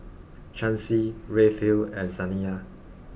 Chancy Rayfield and Saniya